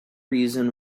reason